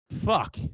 fuck